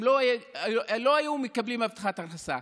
הם לא היו מקבלים הבטחת הכנסה.